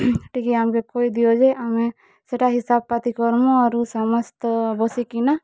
ଟିକେ ଆମ୍ କେ କହିଦିଅ ଯେ ଆମେ ସେଟା ହିସାବ ପାତି କରମୁ ଆରୁ ସମସ୍ତ ବସିକି ନା